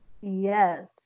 Yes